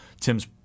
tim's